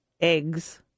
eggs